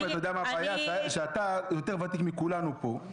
הבעיה שאתה יותר ותיק מכולנו פה,